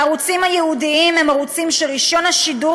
הערוצים הייעודיים הם ערוצים שרישיון השידור